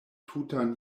tutan